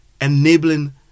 enabling